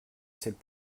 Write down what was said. cette